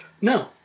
No